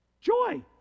Joy